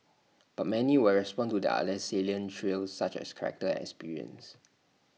but many will respond to the other salient traits such as character experience